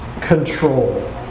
control